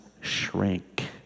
shrink